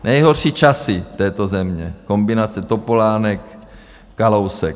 Nejhorší časy této země, kombinace Topolánek Kalousek.